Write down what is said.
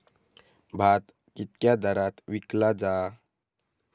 भात कित्क्या दरात विकला जा?